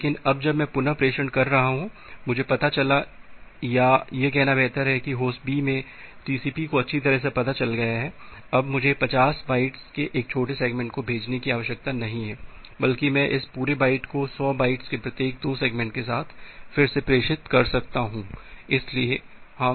लेकिन अब जब भी मैं पुनः प्रेषण कर रहा हूं मुझे पता चला या यह कहना बेहतर है कि होस्ट B में टीसीपी को अच्छी तरह से पता चल गया है अब मुझे 50 बाइट के एक छोटे सेगमेंट को भेजने की आवश्यकता नहीं है बल्कि मैं इस पूरे बाइट को 100 बाइट्स के प्रत्येक 2 सेगमेंट के साथ फिर से प्रेषित कर सकता हूं